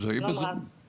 חשוב לעשות שם שינויים?